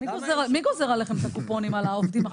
מי גוזר עליכם את הקופונים, על העובדים?